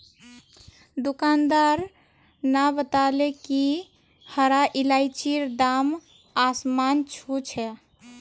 दुकानदार न बताले कि हरा इलायचीर दाम आसमान छू छ